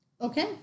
Okay